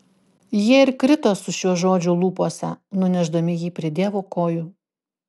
jie ir krito su šiuo žodžiu lūpose nunešdami jį prie dievo kojų